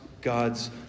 God's